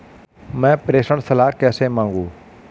मैं प्रेषण सलाह कैसे मांगूं?